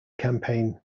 campaign